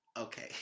Okay